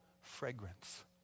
fragrance